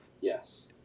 Yes